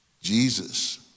Jesus